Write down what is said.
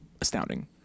astounding